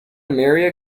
maria